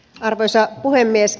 arvoisa puhemies